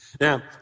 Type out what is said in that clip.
Now